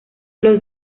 los